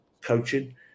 coaching